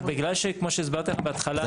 בכלל, כמו שהסברתי בהתחלה.